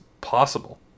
possible